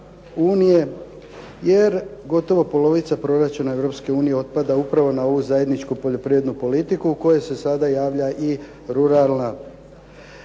jer gotovo polovica proračuna Europske unije otpada upravo na ovu zajedničku poljoprivrednu politiku u kojoj se sada javlja i ruralna.